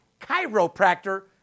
chiropractor